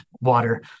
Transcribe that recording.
water